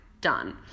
Done